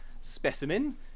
specimen